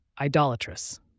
idolatrous